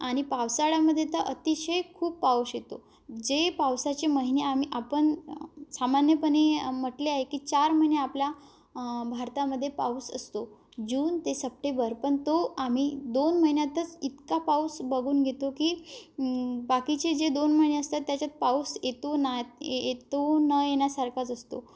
आणि पावसाळ्यामध्ये तर अतिशय खूप पाऊस येतो जे पावसाचे महिने आम्ही आपण सामान्यपणे म्हटले आहे की चार महिने आपला भारतामध्ये पाऊस असतो जून ते सप्टेंबर पण तो आम्ही दोन महिन्यातच इतका पाऊस बघून घेतो की बाकीचे जे दोन महिने असतात त्याच्यात पाऊस ऐ तो ना ऐ तो न येण्यासारखाच असतो